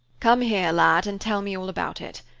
come here, lad, and tell me all about it.